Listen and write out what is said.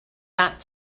that